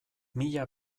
mila